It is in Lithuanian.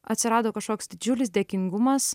atsirado kažkoks didžiulis dėkingumas